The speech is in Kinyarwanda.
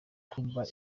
kwumva